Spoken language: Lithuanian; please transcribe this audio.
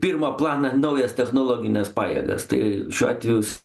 pirmą planą naujas technologines pajėgas tai šiuo atvejus